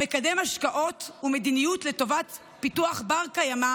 המקדם השקעות ומדיניות לטובת פיתוח בר-קיימא